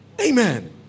Amen